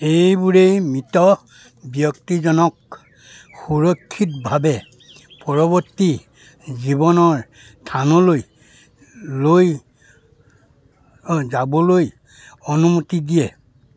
এইবোৰেই মৃত ব্যক্তিজনক সুৰক্ষিতভাৱে পৰৱৰ্তী জীৱনৰ স্থানলৈ লৈ অ' যাবলৈ অনুমতি দিয়ে